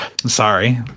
Sorry